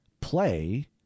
play